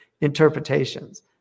interpretations